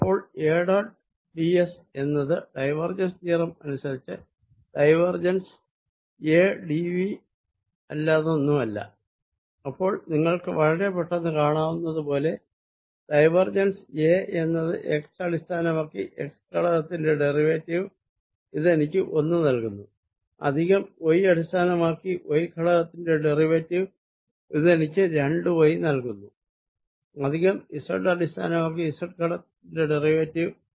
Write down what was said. അപ്പോൾ A dot d സ് എന്നത് ഡൈവേർജെൻസ് തിയറം അനുസരിച്ച് ഡൈവേർജെൻസ് എd വി അല്ലാതൊന്നുമല്ല അപ്പോൾ നിങ്ങൾക്ക് വളരെപ്പെട്ടെന്ന് കാണാവുന്നതുപോലെ ഡൈവേർജെൻസ് A എന്നത് x അടിസ്ഥാനമാക്കി x ഘടകത്തിന്റെ ഡെറിവേറ്റീവ് ഇത് എനിക്ക് ഒന്ന് നൽകുന്നു പ്ലസ് y അടിസ്ഥാനമാക്കി y ഘടകത്തിന്റെ ഡെറിവേറ്റീവ് ഇത് എനിക്ക് രണ്ട y നൽകുന്നു പ്ലസ് z അടിസ്ഥാനമാക്കി z ഘടകത്തിന്റെ ഡെറിവേറ്റീവ്